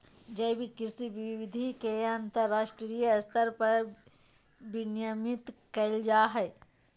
जैविक कृषि विधि के अंतरराष्ट्रीय स्तर पर विनियमित कैल जा हइ